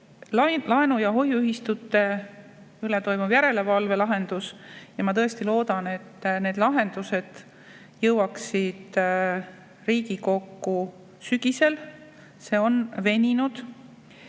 laenu- ja hoiuühistute üle toimuva järelevalve lahendus. Ma tõesti loodan, et need lahendused jõuavad Riigikokku sügisel. See on veninud.